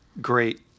great